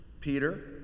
Peter